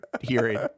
hearing